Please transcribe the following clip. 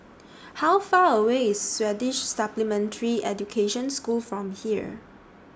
How Far away IS Swedish Supplementary Education School from here